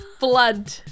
blood